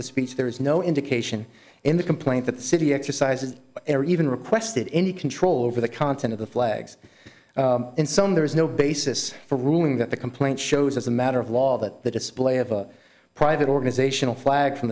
the speech there is no indication in the complaint that the city exercises ever even requested any control over the content of the flags in some there is no basis for ruling that the complaint shows as a matter of law that the display of a private organizational flag from